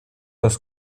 das